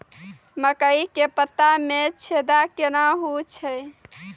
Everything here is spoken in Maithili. मकई के पत्ता मे छेदा कहना हु छ?